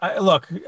Look